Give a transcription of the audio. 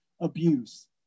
abuse